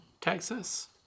Texas